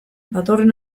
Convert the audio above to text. datorren